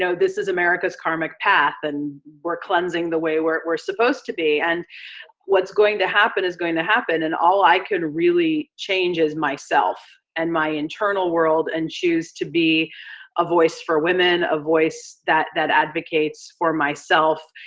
so this is america's karmic path, and we're cleansing the way we're supposed to be, what's going to happen is going to happen and all i can really change is myself and my internal world and choose to be a voice for women, a voice that that advocates for myself,